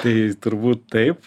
tai turbūt taip